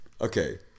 Okay